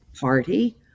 party